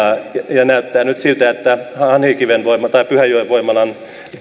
ja näyttää nyt siltä että hanhikiven voimalan tai pyhäjoen voimalan